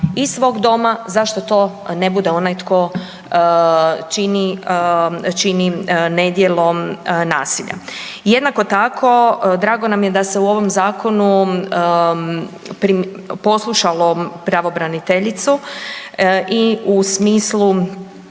iz svog doma, zašto to ne bude onaj tko čini nedjelo nasilja. Jednako tako, drago nam je da se u ovom Zakonu poslušalo pravobraniteljicu i u smislu